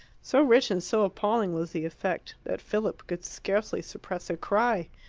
so rich and so appalling was the effect, that philip could scarcely suppress a cry.